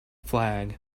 flag